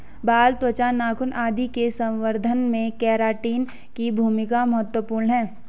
बाल, त्वचा, नाखून आदि के संवर्धन में केराटिन की भूमिका महत्त्वपूर्ण है